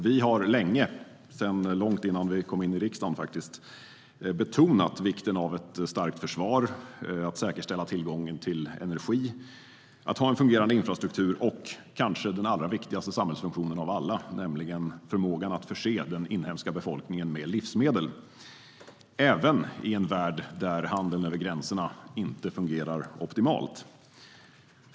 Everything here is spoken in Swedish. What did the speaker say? Vi har länge, faktiskt sedan långt innan vi kom in i riksdagen, betonat vikten av ett starkt försvar, att säkerställa tillgången till energi, att ha en fungerande infrastruktur, och, kanske den allra viktigaste samhällsfunktionen av alla: förmågan att förse den inhemska befolkningen med livsmedel i en värld där handeln över gränserna inte fungerar optimalt.